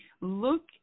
look